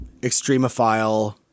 extremophile